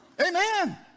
Amen